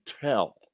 tell